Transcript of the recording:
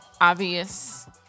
obvious